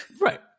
Right